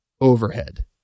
overhead